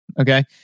Okay